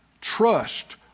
trust